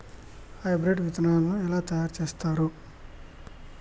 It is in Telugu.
హైబ్రిడ్ విత్తనాలను ఎలా తయారు చేస్తారు?